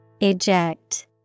Eject